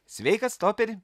sveikas toperi